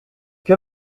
que